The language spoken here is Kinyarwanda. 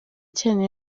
cyane